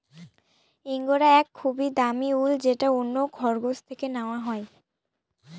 ইঙ্গরা এক খুবই দামি উল যেটা অন্য খরগোশ থেকে নেওয়া হয়